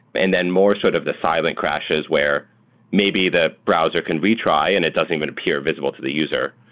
and then more sort of the silent crashes where maybe the browser can retry and it doesn't even appear visible to the user.